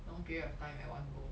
long period of time at one go